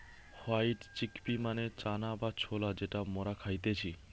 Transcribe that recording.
white chickpea মানে চানা বা ছোলা যেটা মরা খাইতেছে